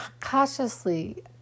cautiously